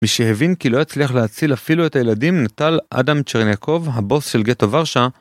מי שהבין כי לא יצליח להציל אפילו את הילדים נטל אדם צ'רניקוב הבוס של גטו ורשה